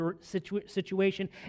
situation